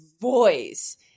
voice